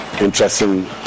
interesting